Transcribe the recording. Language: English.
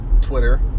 Twitter